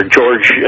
George